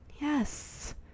yes